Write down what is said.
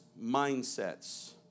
mindsets